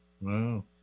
Wow